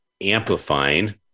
amplifying